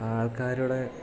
ആൾക്കാരുടെ